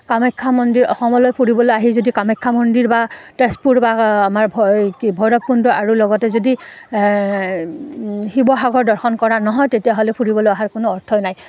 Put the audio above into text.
কামাখ্যা মন্দিৰ অসমলৈ ফুৰিবলৈ আহি যদি কামাখ্যা মন্দিৰ বা তেজপুৰ বা আমাৰ ভ এ কি ভৈৰৱকুণ্ড আৰু লগতে যদি শিৱসাগৰ দৰ্শন কৰা নহয় তেতিয়াহ'লে ফুৰিবলৈ অহাৰ কোনো অৰ্থই নাই